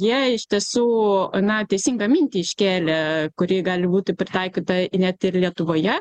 jie iš tiesų na teisingą mintį iškėlė kuri gali būti pritaikyta net ir lietuvoje